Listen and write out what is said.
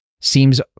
Seems